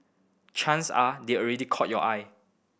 chance are they've already caught your eye